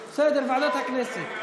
בסדר, ועדת הכנסת.